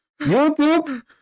YouTube